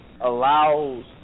allows